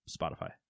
Spotify